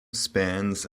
spans